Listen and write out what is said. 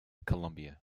columbia